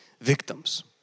victims